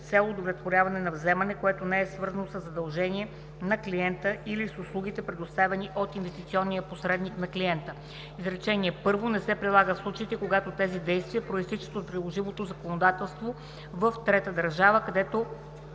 цел удовлетворяване на вземане, което не е свързано със задължение на клиента или с услугите, предоставяни от инвестиционния посредник на клиента. Изречение първо не се прилага в случаите когато тези действия произтичат от приложимото законодателство в трета държава, където